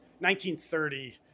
1930